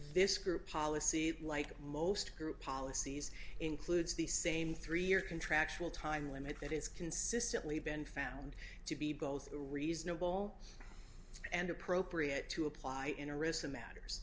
this group policy like most group policies includes the same three year contractual time limit that is consistently been found to be both a reasonable and appropriate to apply interest in matters